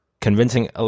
convincing